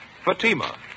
Fatima